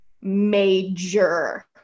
major